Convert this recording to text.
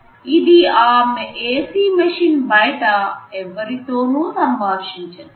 ఇది ఆ AC machine బయట ఎవరితోనూ సంభాషించదు